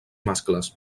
mascles